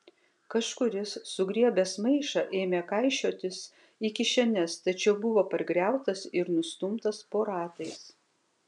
kažkuris sugriebęs maišą ėmė kaišiotis į kišenes tačiau buvo pargriautas ir nustumtas po ratais